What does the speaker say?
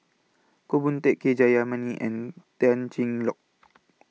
Koh Hoon Teck K Jayamani and Tan Cheng Lock